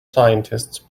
scientists